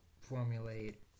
formulate